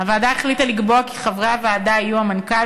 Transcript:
הוועדה החליטה לקבוע כי חברי הוועדה יהיו המנכ"ל